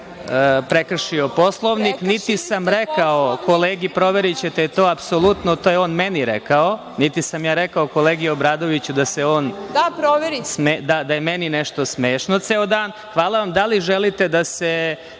prekršio Poslovnik niti sam rekao kolegi, proverićete to. To apsolutno, to je on meni rekao. Niti sam ja rekao kolegi Obradoviću da je meni nešto smešno ceo dan. Hvala vam. Da li želite da se